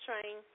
Train